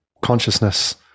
consciousness